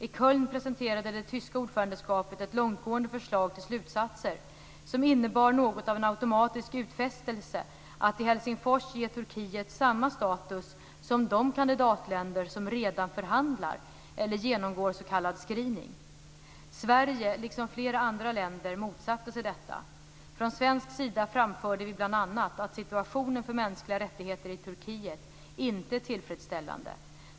I Köln presenterade det tyska ordförandeskapet ett långtgående förslag till slutsatser, som innebar något av en automatisk utfästelse att i Helsingfors ge Turkiet samma status som de kandidatländer som redan förhandlar eller genomgår s.k. screening. Sverige, liksom flera andra länder, motsatte sig detta. Från svensk sida framförde vi bl.a. att situationen för mänskliga rättigheter i Turkiet inte är tillfredsställande.